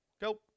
Go